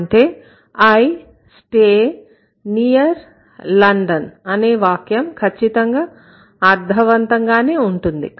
అంటే I stay near London అనే వాక్యం ఖచ్చితంగా అర్థవంతంగానే ఉంటుంది